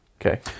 Okay